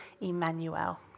Emmanuel